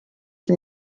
que